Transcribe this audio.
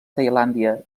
tailàndia